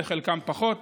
ובחלקם פחות,